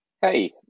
Hey